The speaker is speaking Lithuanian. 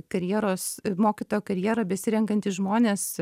karjeros mokytojo karjerą besirenkantys žmonės